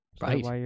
Right